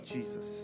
Jesus